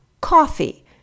coffee